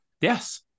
Yes